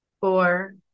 four